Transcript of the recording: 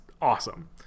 awesome